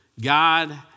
God